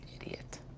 Idiot